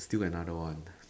still got another one